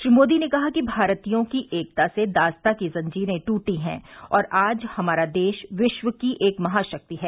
श्री मोदी ने कहा कि भारतीयों की एकता से दासता की जंजीरें ट्रटी हैं और आज हमारा देश विश्व की एक महाशक्ति है